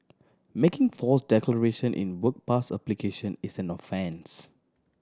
making false declaration in work pass application is an offence